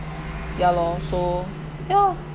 ya lor so ya